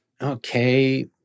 okay